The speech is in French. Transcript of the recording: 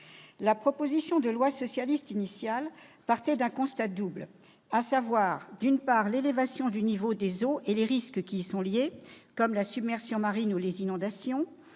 La proposition de loi socialiste initiale partait d'un constat double : d'une part, l'élévation du niveau des eaux et les risques qui y sont liés- la submersion marine ou les inondations